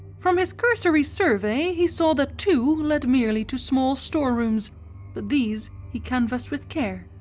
from his cursory survey he saw that two led merely to small storerooms but these he canvassed with care,